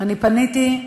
אני פניתי,